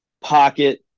pocket